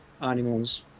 animals